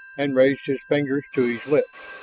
and raising his fingers to his lips,